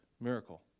miracle